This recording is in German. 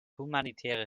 humanitäre